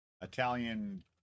Italian